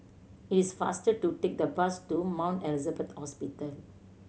it is faster to take the bus to Mount Elizabeth Hospital